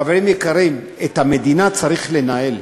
חברים יקרים, את המדינה צריך לנהל.